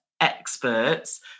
experts